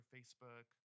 Facebook